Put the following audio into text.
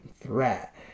threat